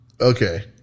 Okay